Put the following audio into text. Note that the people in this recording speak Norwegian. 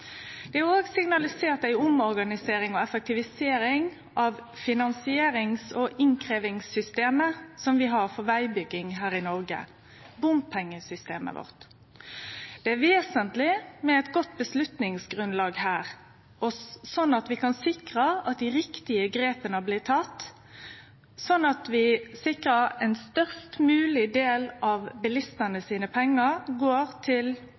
Det er òg signalisert ei omorganisering og effektivisering av finansierings- og innkrevjingssystemet som vi har for vegbygging her i Noreg – bompengesystemet vårt. Det er vesentleg med eit godt avgjerdsgrunnlag her, og at dei riktige grepa blir tekne, slik at vi kan sikre at ein størst mogleg del av bilistane sine pengar går til